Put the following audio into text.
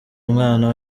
umwana